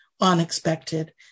unexpected